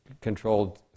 controlled